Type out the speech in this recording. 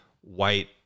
white